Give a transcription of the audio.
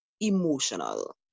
emotional